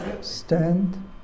stand